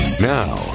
Now